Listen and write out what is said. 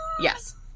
Yes